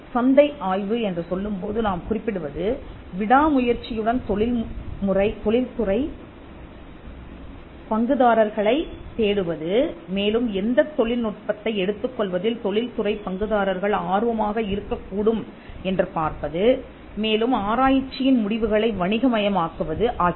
சந்தை ஆய்வு என்று சொல்லும்போது நாம் குறிப்பிடுவது விடாமுயற்சியுடன் தொழில் துறை பங்குதாரர்களைத் தேடுவது மேலும் எந்தத் தொழில் நுட்பத்தை எடுத்துக்கொள்வதில் தொழில் துறை பங்குதாரர்கள் ஆர்வமாக இருக்கக்கூடும் என்று பார்ப்பது மேலும் ஆராய்ச்சியின் முடிவுகளை வணிக மயமாக்குவது ஆகியவை